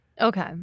Okay